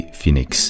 Phoenix